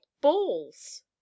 balls